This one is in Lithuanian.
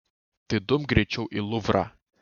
tai dumk greičiau į luvrą